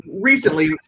recently